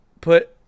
put